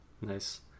Nice